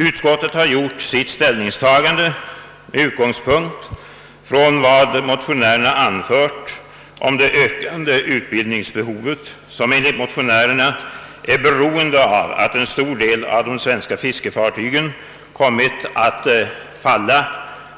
Utskottet har gjort sitt ställningstagande med «utgångspunkt från vad motionärerna anfört om det ökade utbildningsbehovet, som enligt motionärerna beror på att en stor del av de svenska fiskefartygen kommit att falla